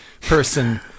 person